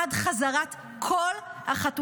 עד חזרת כל החטופים